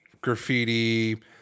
graffiti